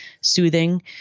soothing